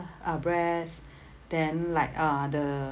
uh breast then like uh the